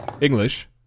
English